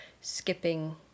skipping